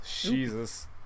jesus